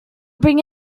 bring